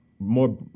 More